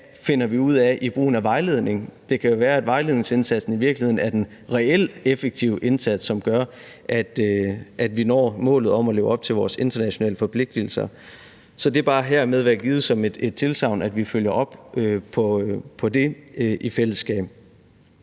finder vi ud af i brugen af vejledning? Det kan jo være, at vejledningsindsatsen i virkeligheden er den reelt effektive indsats, som gør, at vi når målet om at leve op til vores internationale forpligtelser. Så det skal bare hermed være givet som tilsagn om, at vi følger op på det i fællesskab.